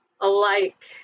alike